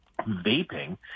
vaping